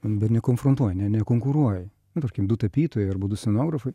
bet nekonfrontuoji ne nekonkuruoji nu tarkim du tapytojai arba du scenografai